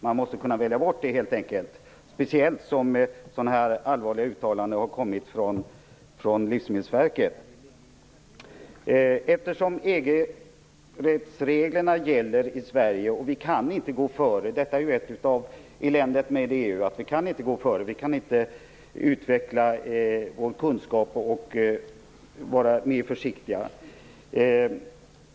Man måste kunna välja bort sådana produkter, helt enkelt, speciellt eftersom det har kommit allvarliga uttalanden från Eftersom EG-rättsreglerna gäller i Sverige kan vi inte gå före. Detta är ett av de eländen som är förknippade med EU; vi kan inte gå före. Vi kan inte utveckla vår kunskap och vara mer försiktiga.